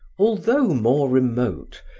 although more remote,